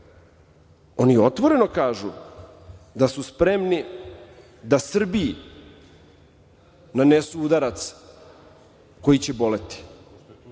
oni otvoreno kažu da su spremni da Srbiji nanesu udarac koji će boleti,